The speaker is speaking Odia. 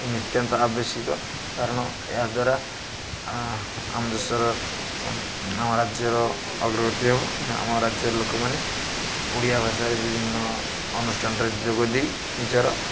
ନିତାନ୍ତ ଆବଶ୍ୟକ କାରଣ ଏହାଦ୍ୱାରା ଆମ ଦେଶର ଆମ ରାଜ୍ୟର ଅଗ୍ରଗତି ହେବ କାହିଁନା ଆମ ରାଜ୍ୟର ଲୋକମାନେ ଓଡ଼ିଆ ଭାଷାରେ ବିଭିନ୍ନ ଅନୁଷ୍ଠାନରେ ଯୋଗ ଦେଇ ନିଜର